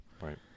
Right